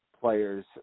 players